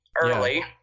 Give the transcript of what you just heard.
early